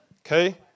Okay